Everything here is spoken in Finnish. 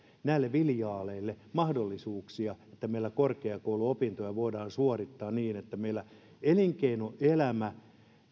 näille filiaaleille mahdollisuuksia että meillä korkeakouluopintoja voidaan suorittaa niin että meillä elinkeinoelämä